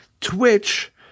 Twitch